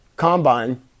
combine